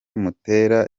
mutera